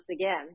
again